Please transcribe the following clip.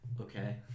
okay